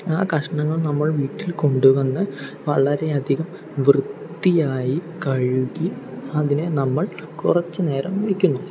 ആ കഷണങ്ങൾ നമ്മൾ വീട്ടിൽ കൊണ്ടു വന്ന് വളരെയധികം വൃത്തിയായി കഴുകി അതിനെ നമ്മൾ കുറച്ച് നേരം വെയ്ക്കുന്നു